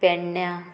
पेडण्या